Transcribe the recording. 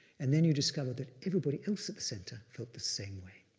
and then you discover that everybody else at the center felt the same way.